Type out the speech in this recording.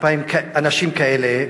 אנשים כאלה,